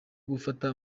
gufata